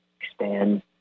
expand